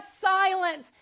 silence